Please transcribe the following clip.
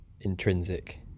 intrinsic